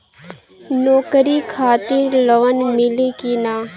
नौकरी खातिर लोन मिली की ना?